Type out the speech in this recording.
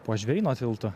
po žvėryno tiltu